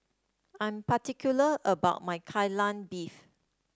I am particular about my Kai Lan Beef